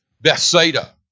Bethsaida